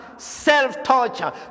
self-torture